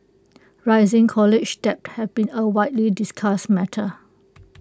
rising college debt have been A widely discussed matter